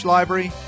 Library